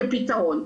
כפתרון.